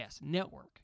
Network